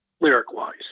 lyric-wise